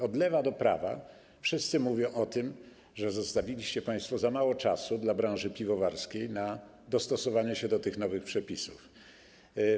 Od lewa do prawa wszyscy mówią o tym, że zostawiliście państwo za mało czasu dla branży piwowarskiej na dostosowanie się do tych nowych przepisów.